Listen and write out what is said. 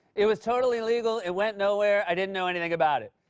it was totally legal. it went nowhere i didn't know anything about it.